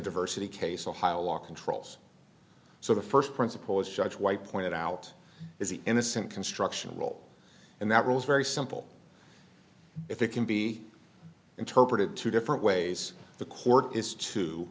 diversity case ohio law controls so the first principle is judge why point out is an innocent construction role and that rules very simple if it can be interpreted two different ways the court is to